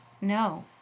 no